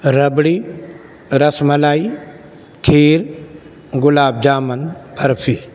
rabri ras malai kheer gulab jamun barfi